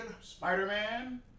Spider-Man